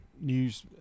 news